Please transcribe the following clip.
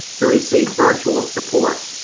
to receive virtual support.